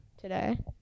today